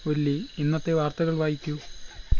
ഒല്ലി ഇന്നത്തെ വാർത്തകൾ വായിക്കൂ